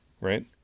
Right